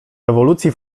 rewolucji